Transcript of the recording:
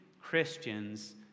Christians